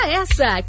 essa